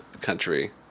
country